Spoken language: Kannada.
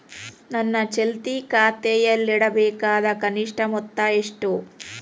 ನನ್ನ ಚಾಲ್ತಿ ಖಾತೆಯಲ್ಲಿಡಬೇಕಾದ ಕನಿಷ್ಟ ಮೊತ್ತ ಎಷ್ಟು?